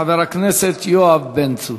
חבר הכנסת יואב בן צור.